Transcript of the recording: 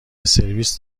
سرویس